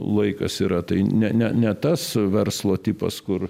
laikas yra tai ne ne ne tas verslo tipas kur